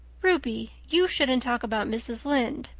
ruby, you shouldn't talk about mrs. lynde,